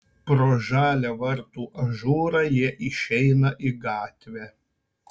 pro žalią vartų ažūrą jie išeina į gatvę